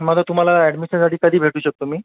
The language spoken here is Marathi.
मग आता तुम्हाला ॲडमिशनसाठी कधी भेटू शकतो मी